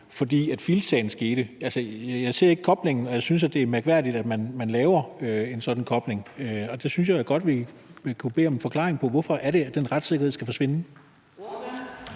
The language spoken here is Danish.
grund af Field's-sagen? Jeg ser ikke koblingen, og jeg synes, det er mærkværdigt, at man laver en sådan kobling, og det synes jeg da godt vi kunne bede om en forklaring på: Hvorfor skal den retssikkerhed forsvinde?